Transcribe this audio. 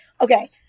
okay